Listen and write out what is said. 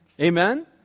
Amen